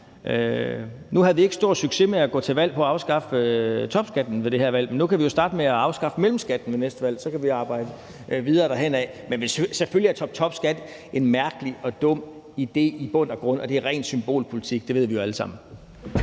Nu havde vi ikke stor succes med at gå til valg på at afskaffe topskatten ved det her valg, men nu kan vi jo starte med at afskaffe mellemskatten ved næste valg, og så kan vi arbejde videre derhenad. Men selvfølgelig er toptopskat en mærkelig og dum idé i bund og grund, og det er ren symbolpolitik. Det ved vi alle sammen.